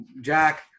Jack